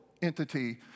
entity